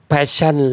Passion